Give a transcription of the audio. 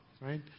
right